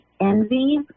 envy